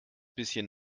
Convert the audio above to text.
bisschen